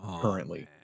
currently